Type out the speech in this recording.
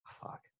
Fuck